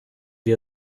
wir